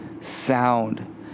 sound